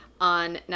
on